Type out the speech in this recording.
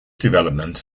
development